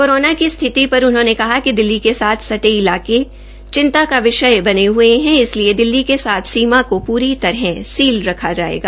corona की स्थिति पर उन्होंने कहा कि दिल्ली के साथ सटे इलाके चिंता का विषय बने हये ह इसलिए दिल्ली के साथ सीमा को पूरी तरह सील रखा जायेगा